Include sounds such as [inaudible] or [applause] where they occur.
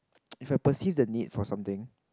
[noise] if I perceive the need for something